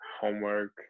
homework